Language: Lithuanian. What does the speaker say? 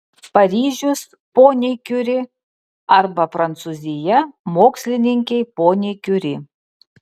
paryžius poniai kiuri arba prancūzija mokslininkei poniai kiuri